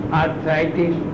arthritis